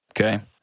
Okay